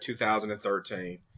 2013